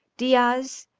diaz,